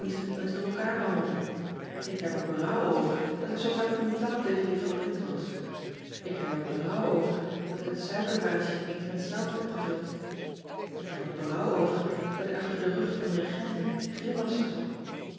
eens door elkaar rammelde k heb er berouw over dat ik zoo vaak brutaal tegen uffrouw ippett was k heb er berouw over dat ik het suikervaasje eens met zout heb gevuld k heb er berouw over dat ik achter den rug van de regenten grimassen trok